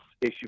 issue